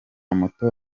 moto